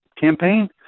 campaign